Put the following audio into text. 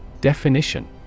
Definition